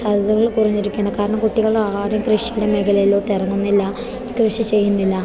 സാധ്യതകൾ കുറഞ്ഞിരിക്കുകയാണ് കാരണം കുട്ടികളെ ആരെയും കൃഷിയുടെ മേഖലയിലോട്ട് ഇറങ്ങുന്നില്ല കൃഷി ചെയ്യുന്നില്ല